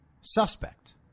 suspect